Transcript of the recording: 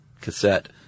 cassette